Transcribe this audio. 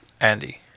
Andy